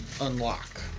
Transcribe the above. unlock